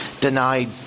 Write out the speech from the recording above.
denied